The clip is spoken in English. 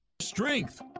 Strength